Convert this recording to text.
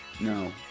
No